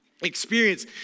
Experience